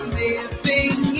living